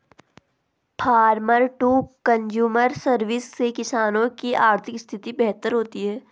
farmer to consumer service से किसानों की आर्थिक स्थिति बेहतर होती है